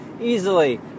easily